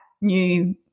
new